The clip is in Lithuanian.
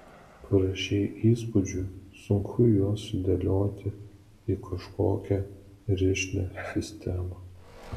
prašei įspūdžių sunku juos sudėlioti į kažkokią rišlią sistemą